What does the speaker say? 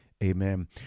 Amen